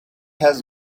has